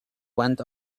went